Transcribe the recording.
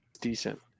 decent